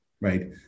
right